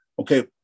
Okay